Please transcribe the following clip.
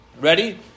Ready